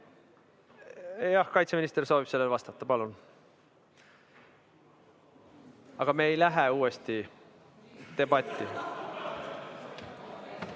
Jah, kaitseminister soovib sellele vastata. Palun! Aga me ei lähe uuesti debatti.